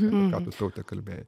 ką tu taute kalbėjai